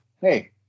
hey